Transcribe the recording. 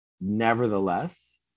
nevertheless